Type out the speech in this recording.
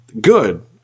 good